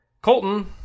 colton